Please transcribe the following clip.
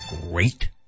great